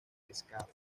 pescado